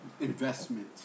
investment